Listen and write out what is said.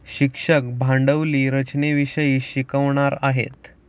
शिक्षक भांडवली रचनेविषयी शिकवणार आहेत